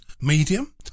medium